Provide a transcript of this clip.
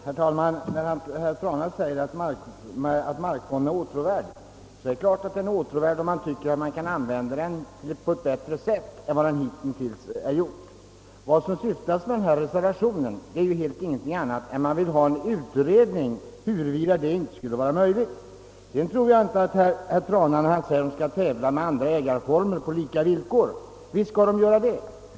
Herr talman! Naturligtvis är markfonden åtråvärd, herr Trana, om man anser att den kan utnyttjas bättre än hittills. Vad reservationen syftar till är ingenting annat än en utredning huruvida detta inte skulle vara möjligt. Visst skall de olika skogsägarna tävla på lika villkor.